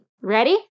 Ready